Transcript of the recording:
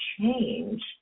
change